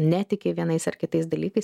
netiki vienais ar kitais dalykais